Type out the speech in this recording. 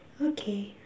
okay